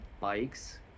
bikes